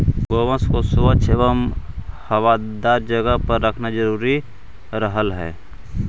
गोवंश को स्वच्छ एवं हवादार जगह पर रखना जरूरी रहअ हई